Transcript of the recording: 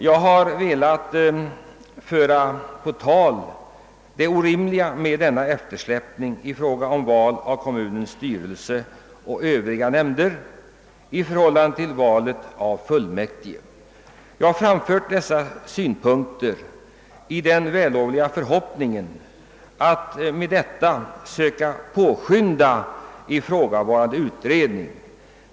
Jag har velat föra på tal det orimliga med denna eftersläpning i fråga om val av kommunens styrelse och övriga nämnder i förhållande till valet av fullmäktige, och jag har gjort det i den vällovliga förhoppningen att kunna påskynda ifrågavarande utredning.